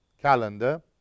calendar